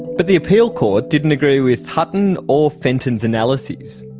but the appeal court didn't agree with hutton or fenton's analyses.